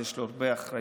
יש לו הרבה אחריות,